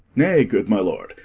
nay, good my lord,